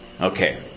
Okay